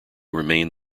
remained